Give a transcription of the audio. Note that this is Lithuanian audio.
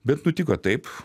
bet nutiko taip